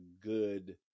good